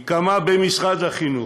היא קמה במשרד החינוך,